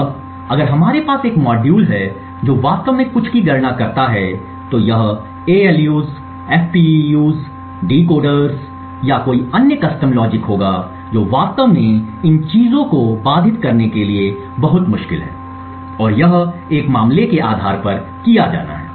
अब अगर हमारे पास एक मॉड्यूल है जो वास्तव में कुछ की गणना करता है तो यह ALUs FPUs डिकोडर या कोई अन्य कस्टम लॉजिक होगा जो वास्तव में इन चीजों को बाधित करने के लिए बहुत मुश्किल है और यह एक मामले के आधार पर किया जाना है